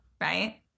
right